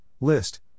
list